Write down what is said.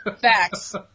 facts